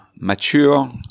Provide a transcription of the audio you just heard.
mature